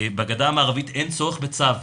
בגדה המערבית אין צורך בצו,